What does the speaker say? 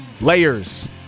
layers